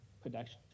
production